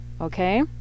Okay